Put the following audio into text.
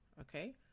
Okay